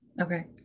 Okay